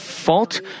fault